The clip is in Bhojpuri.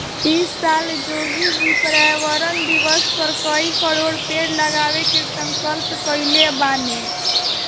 इ साल योगी जी पर्यावरण दिवस पअ कई करोड़ पेड़ लगावे के संकल्प कइले बानअ